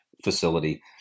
facility